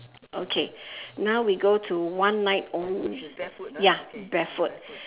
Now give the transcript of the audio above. okay now we go to one night only ya barefoot